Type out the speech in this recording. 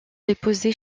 déposés